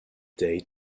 day